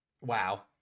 Wow